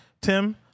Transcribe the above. tim